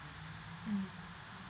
mm